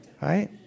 Right